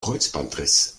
kreuzbandriss